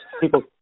people